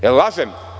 Je li lažem?